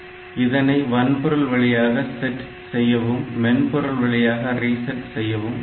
இதனை வன்பொருள் வழி செட் செய்யவும் மென்பொருள் வழியாக ரீசெட் clearreset செய்யவும் முடியும்